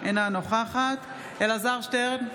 אינה נוכחת אלעזר שטרן,